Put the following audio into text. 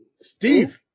Steve